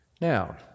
Now